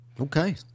Okay